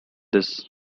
this